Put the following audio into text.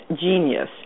genius